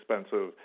expensive